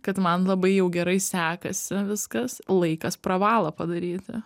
kad man labai jau gerai sekasi viskas laikas pravalą padaryti